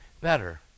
better